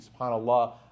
subhanAllah